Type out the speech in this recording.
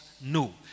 No